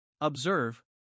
Observe